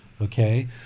Okay